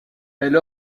elle